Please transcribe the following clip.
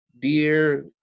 beer